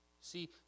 See